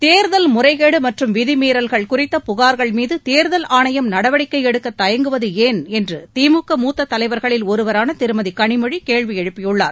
தேர்தல் முறைகேடு மற்றும் விதிமீறல்கள் குறித்த புகார்கள்மீது தேர்தல் ஆணையம் நடவடிக்கை எடுக்க தயங்குவது ஏன் என்று திமுக மூத்த தலைவர்களில் ஒருவரான திருமதி களிமொழி கேள்வி எழுப்பியுள்ளார்